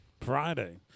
Friday